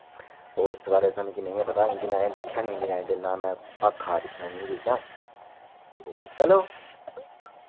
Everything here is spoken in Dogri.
उस दे बारै ऐसा मिकी नेईं ऐ पता कि में दिक्खेआ निं इंडियन आइडल ना में भाखा दिक्खना इयै निं चीजां ते चलो